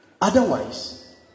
Otherwise